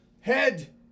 head